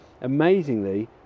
Amazingly